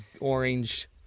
orange